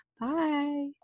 bye